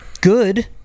good